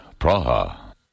Praha